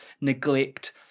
neglect